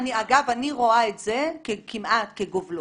אגב, אני רואה את זה כמעט כגובלות.